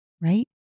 right